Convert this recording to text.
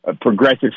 progressive